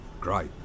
great